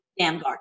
damgard